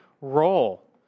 role